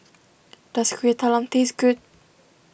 does Kueh Talam taste good